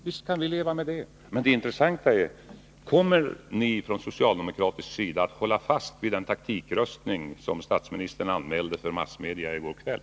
Visst kan vi leva med det. Men det intressanta är: Kommer ni från socialdemokratisk sida att hålla fast vid den taktikröstning som statsministern anmälde för massmedia i går kväll?